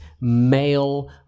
male